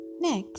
Next